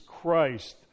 Christ